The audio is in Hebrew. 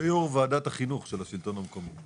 הוא יו"ר ועדת החינוך של השלטון המקומי.